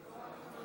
נתקבל.